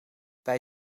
wij